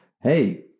hey